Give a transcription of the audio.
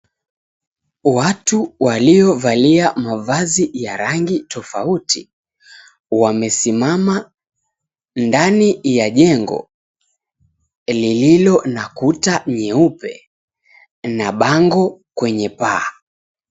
Watu waliovalia mavazi ya rangi tofauti, wamesimama ndani ya jengo lililo na kuta nyeupe na bango kwenye paa.